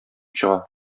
чыга